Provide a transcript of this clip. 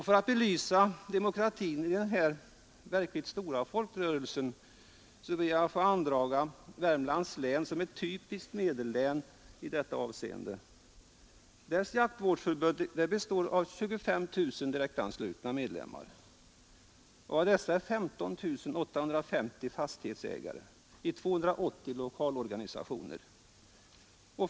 För att belysa demokratin i denna verkligt stora folkrörelse ber jag att få andraga Värmlands län som ett typiskt medellän i detta avseende. Dess jaktvårdsförbund består av 25 000 direktanslutna medlemmar. Av dessa är 15 850 fastighetsägare i 280 lokala organisationer.